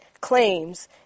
claims